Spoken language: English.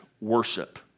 worship